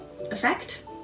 effect